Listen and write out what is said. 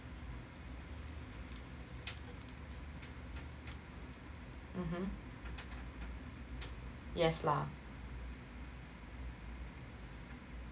mmhmm yes lah